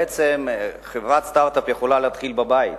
בעצם חברת סטארט-אפ יכולה להתחיל בבית.